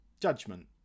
judgment